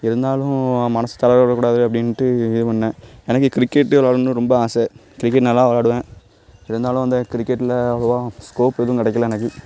இருந்தாலும் மனது தளர விடக்கூடாது அப்படின்ட்டு இது பண்ணிணேன் எனக்கு கிரிக்கெட் விளாட்ணும்னு ரொம்ப ஆசை கிரிக்கெட் நல்லா விளாடுவேன் இருந்தாலும் வந்து கிரிக்கெட்டில் அவ்வளோவா ஸ்கோப் எதுவும் கிடைக்கில எனக்கு